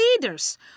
leaders